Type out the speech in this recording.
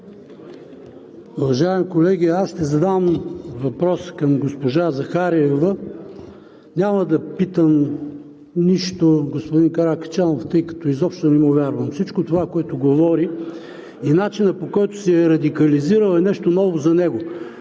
Уважаеми колеги, аз ще задам въпрос към госпожа Захариева. Няма да питам нищо господин Каракачанов, тъй като изобщо не му вярвам. Всичко това, което говори и начинът, по който се е радикализирал, е нещо ново за него.